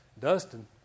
Dustin